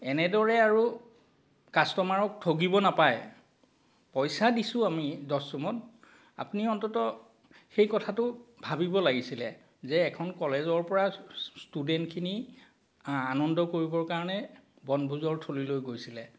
এনেদৰে আৰু কাষ্ট'মাৰক ঠগিব নাপায় পইচা দিছো আমি দস্তুৰমত আপুনি অন্তত সেই কথাটো ভাবিব লাগিছিলে যে এখন কলেজৰ পৰা ষ্টুডেণ্টখিনি আনন্দ কৰিবৰ কাৰণে বনভোজৰ স্থলীলৈ গৈছিলে